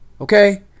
Okay